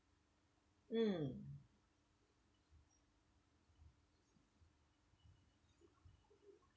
mm